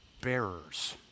bearers